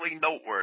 noteworthy